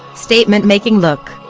statement making look.